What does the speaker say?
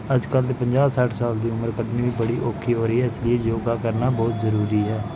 ਅੱਜ ਕੱਲ੍ਹ ਤਾਂ ਪੰਜਾਹ ਸੱਠ ਸਾਲ ਦੀ ਉਮਰ ਕੱਢਣੀ ਵੀ ਬੜੀ ਔਖੀ ਹੋ ਰਹੀ ਹੈ ਇਸ ਲਈ ਯੋਗਾ ਕਰਨਾ ਬਹੁਤ ਜ਼ਰੂਰੀ ਹੈ